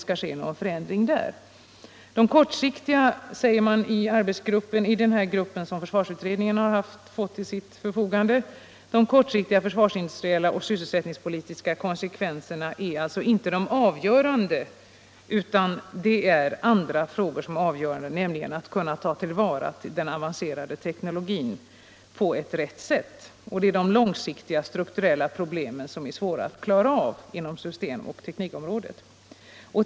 Den projektgrupp vars arbete försvarsutredningen fått till sitt förfogande säger att de kortsiktiga försvarsindustriella och sysselsättningspolitiska konsekvenserna inte är de avgörande, utan att det är andra frågor som är avgörande, nämligen att kunna ta till vara den avancerade teknologin på rätt sätt. Det är de långsiktiga strukturella problemen som är svåra att klara inom systemoch teknikområdet.